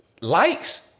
likes